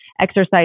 exercise